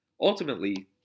Ultimately